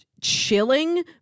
chilling